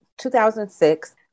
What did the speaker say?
2006